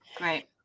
right